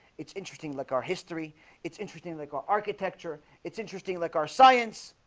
it's interesting like our history it's interesting like our architecture. it's interesting like our science,